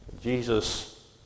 Jesus